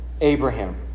Abraham